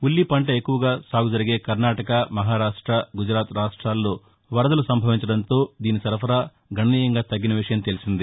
ఉల్లి పంట ఎక్కువగా సాగు జరిగే కర్ణాటక మహారాష్ట గుజరాత్ రాష్టాల్లో వరదలు సంభవించడంతో దీని సరఫరా గణనీయంగా తగ్గిన విషయం తెలిసిందే